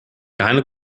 keine